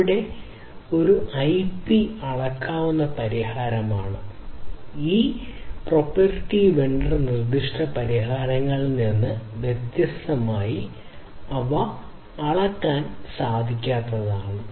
അവിടെ അത് ഒരു IP അളക്കാവുന്ന പരിഹാരമാണ് ഈ കുത്തക വെണ്ടർ നിർദ്ദിഷ്ട പരിഹാരങ്ങളിൽ നിന്ന് വ്യത്യസ്തമായി അവ അളക്കാനാവാത്തതാണ്